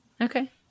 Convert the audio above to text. Okay